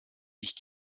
ich